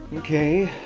okay.